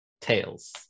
tails